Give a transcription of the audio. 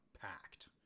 packed